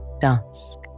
dusk